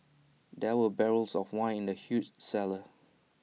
there were barrels of wine in the huge cellar